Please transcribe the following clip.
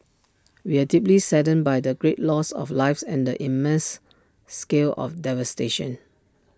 we are deeply saddened by the great loss of lives and the immense scale of devastation